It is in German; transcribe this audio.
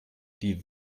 die